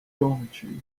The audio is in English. dormitory